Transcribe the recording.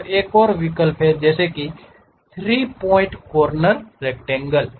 यहां एक और विकल्प है जैसे 3 प्वाइंट कॉर्नर रक्टैंगल